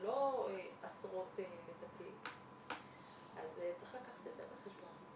זה לא עשרות --- אז צריך לקחת את זה בחשבון.